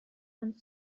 and